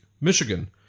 Michigan